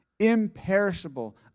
imperishable